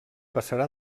passarà